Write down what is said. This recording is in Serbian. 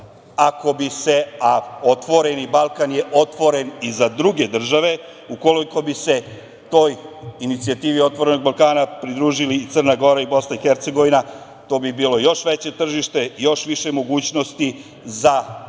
ako bi se, a „Otvoreni Balkan“ je otvoren i za druge države, ukoliko bi se toj inicijativi „Otvorenog Balkana“ pridružili i Crna Gora i Bosna i Hercegovina, to bi bilo još veće tržište, još više mogućnosti za ekonomski